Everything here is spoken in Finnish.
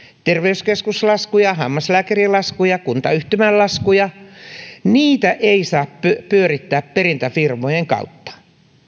terveyskeskuslaskuja hammaslääkärilaskuja kuntayhtymän laskuja ei saa pyörittää perintäfirmojen kautta